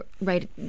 right